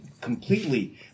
completely